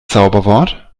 zauberwort